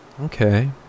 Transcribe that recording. okay